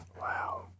Wow